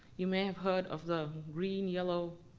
you may have heard of the green, yellow,